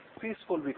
peaceful